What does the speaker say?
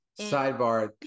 sidebar